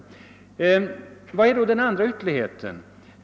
Vad är då den andra ytterligheten?